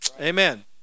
Amen